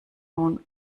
nun